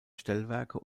stellwerke